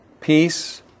peace